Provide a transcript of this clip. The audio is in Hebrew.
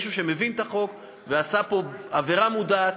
על מישהו שמבין את החוק ועשה פה עבירה מודעת,